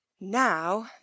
now